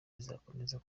zizakomeza